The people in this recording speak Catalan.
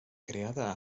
creada